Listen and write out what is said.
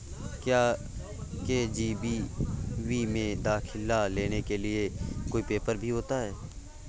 क्या के.जी.बी.वी में दाखिला लेने के लिए कोई पेपर भी होता है?